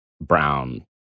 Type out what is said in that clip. brown